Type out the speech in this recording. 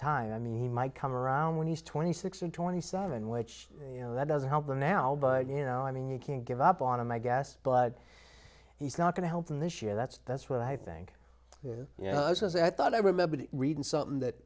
time i mean he might come around when he's twenty six or twenty seven which you know that doesn't help them now but you know i mean you can't give up on him i guess but he's not going to help him this year that's that's what i think you know i thought i remember reading something that